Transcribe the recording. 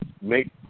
make